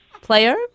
Player